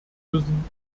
müssen